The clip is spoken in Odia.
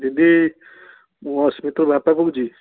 ଦିଦି ମୁଁ ଅସ୍ମିତର ବାପା କହୁଛି